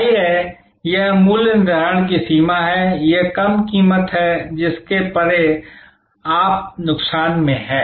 जाहिर है यह मूल्य निर्धारण की सीमा है यह कम कीमत है जिसके परे आप नुकसान में हैं